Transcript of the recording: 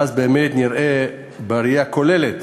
ואז באמת נראה בראייה כוללת